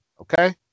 Okay